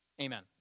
Amen